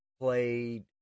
played